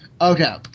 Okay